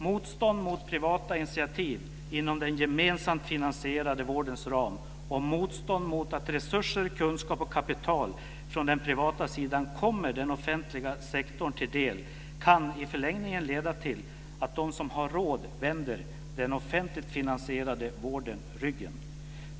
Motstånd mot privata initiativ inom den gemensamt finansierade vårdens ram och motstånd mot att resurser, kunskap och kapital från den privata sidan kommer den offentliga sektorn till del kan i förlängningen leda till att de som har råd vänder den offentligt finansierade vården ryggen.